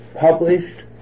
published